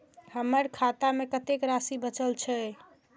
हमर खाता में कतेक राशि बचल छे?